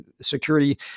security